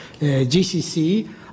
GCC